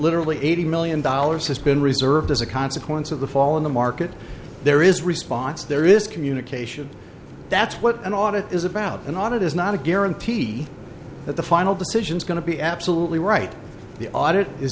literally eighty million dollars has been reserved as a consequence of the fall in the market there is response there is communication that's what an audit is about an audit is not a guarantee that the final decision is going to be absolutely right the audit is